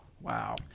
Wow